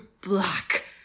black